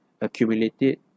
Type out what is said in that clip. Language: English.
accumulated